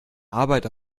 arbeit